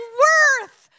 worth